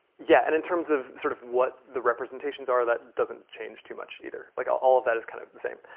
yeah, and in terms of sort of what the representations are, that doesn't change too much either. like all of that is kind of the same.